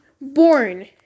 born